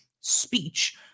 speech